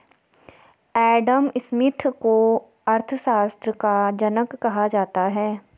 Adam Smith को अर्थशास्त्र का जनक कहा जाता है